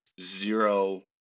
zero